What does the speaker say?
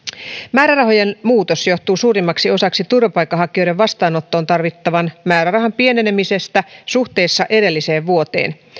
määrärahojen muutos johtuu suurimmaksi osaksi turvapaikanhakijoiden vastaanottoon tarvittavan määrärahan pienenemisestä suhteessa edelliseen vuoteen